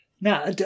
Now